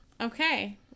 Okay